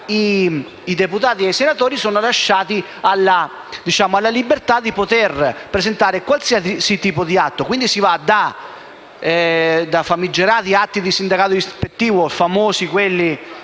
ai deputati e ai senatori viene lasciata la libertà di poter presentare qualsiasi tipo di atto, per cui si va da famigerati atti di sindacato ispettivo - famosi quelli